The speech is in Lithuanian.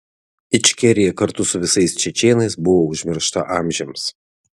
ičkerija kartu su visais čečėnais buvo užmiršta amžiams